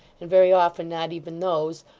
and very often not even those,